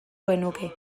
genuke